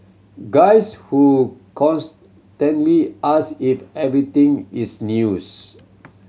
guys who constantly ask if everything is news